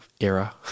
era